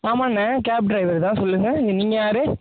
ஆமாம்ண்ணே cab driver தான் சொல்லுங்கள் நீங்கள் யார்